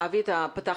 בטח